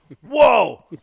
whoa